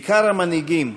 בעיקר המנהיגים,